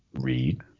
read